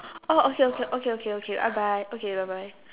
oh okay okay okay okay okay okay okay bye bye okay bye bye